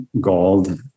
gold